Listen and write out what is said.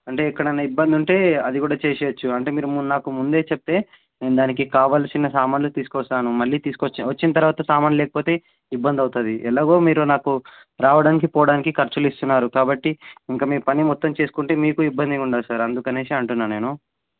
అంటే ఎక్కడైన ఇబ్బంది ఉంటే అది కూడా చేయచ్చు అంటే మీరు నాకు ముందే చెప్తే నేను దానికి కావాల్సిన సామాన్లు తీసుకొస్తాను మళ్ళీ తీసుకు వచ్చి వచ్చిన తర్వాత సామాన్లు లేకపోతే ఇబ్బంది అవుతుంది ఎలాగో మీరు నాకు రావడానికి పోవడానికి ఖర్చులు ఇస్తున్నారు కాబట్టి ఇంక మీ పని మొత్తం చేసుకుంటే మీకు ఇబ్బంది ఉండదు సార్ అందుకని అంటున్న నేను